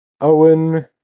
Owen